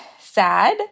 sad